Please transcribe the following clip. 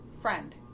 friend